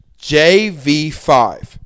JV5